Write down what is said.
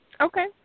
Okay